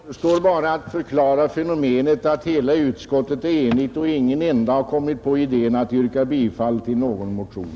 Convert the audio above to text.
Herr talman! Då återstår bara att förklara fenomenet att utskottet är enigt och att ingen enda har kommit på idén att tillstyrka någon motion.